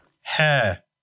hair